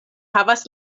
havas